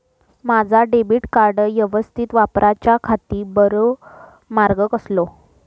माजा debit card यवस्तीत वापराच्याखाती बरो मार्ग कसलो?